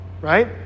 right